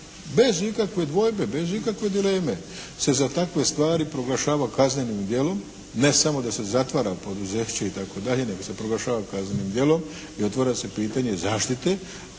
bez ikakve dvojbe, bez ikakve dileme se za takve stvari proglašava kaznenim djelom, ne samo da se zatvara poduzeće itd. nego se proglašava kaznenim djelom i otvara se pitanje zaštite